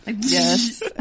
Yes